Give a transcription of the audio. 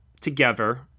together